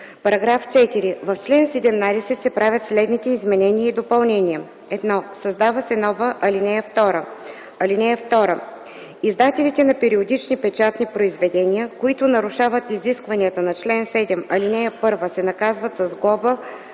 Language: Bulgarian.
§ 4: „§ 4. В чл. 17 се правят следните изменения и допълнения: 1. Създава се нова ал. 2: „(2) Издателите на периодични печатни произведения, които нарушават изискванията на чл. 7, ал. 1, се наказват с глоба,